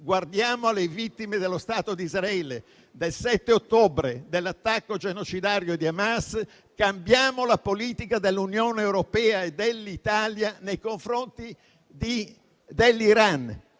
Guardiamo alle vittime dello Stato di Israele dell'attacco genocidario di Hamas del 7 ottobre. Cambiamo la politica dell'Unione europea e dell'Italia nei confronti dell'Iran,